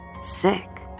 sick